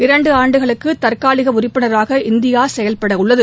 இரண்டு ஆண்டுகளுக்கு தற்காலிக உறுப்பினராக இந்தியா செயல்படவுள்ளது